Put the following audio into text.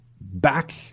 back